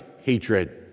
hatred